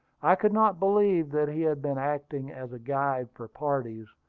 i could not believe that he had been acting as a guide for parties,